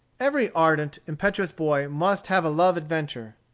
every ardent, impetuous boy must have a love adventure.